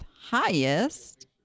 highest